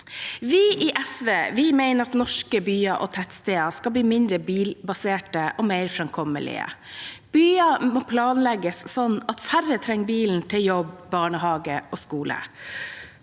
Vi i SV mener norske byer og tettsteder skal bli mindre bilbaserte og mer framkommelige. Byer må planlegges slik at færre trenger bilen til jobb, barnehage og skole.